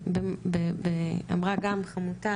אמרה גם חמוטל,